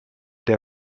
der